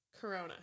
Corona